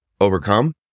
overcome